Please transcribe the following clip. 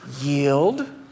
Yield